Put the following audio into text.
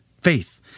faith